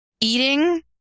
Eating